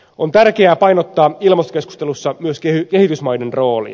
on tärkeää painottaa ilmastokeskustelussa myös kehitysmaiden roolia